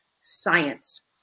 Science